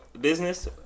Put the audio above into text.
business